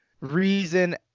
reason